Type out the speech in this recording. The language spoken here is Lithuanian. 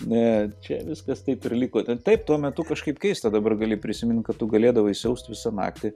ne čia viskas taip ir liko ten taip tuo metu kažkaip keista dabar gali prisimint kad tu galėdavai siaust visą naktį